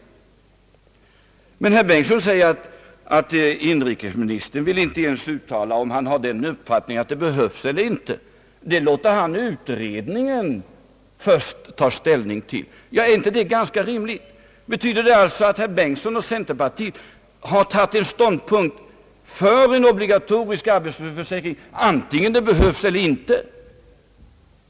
Herr Bengtson menar att inrikesministern inte ens vill uttala om han har en uppfattning om det behövs eller inte. Det låter han utredningen först ta ställning till. Men är det inte ganska rimligt att göra så? Betyder det alltså, att herr Bengtson och centerpartiet har tagit ståndpunkt för en obligatorisk arbetslöshetsförsäkring, vare sig en sådan behövs eller inte?